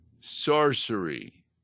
sorcery